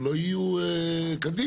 הם לא יהיו קדימה,